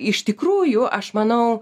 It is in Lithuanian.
iš tikrųjų aš manau